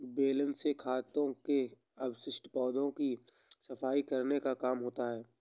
baler से खेतों के अवशिष्ट पौधों की सफाई करने का काम होता है